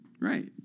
Right